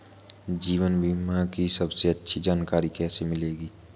जीवन बीमा की सबसे अच्छी जानकारी कैसे मिलेगी?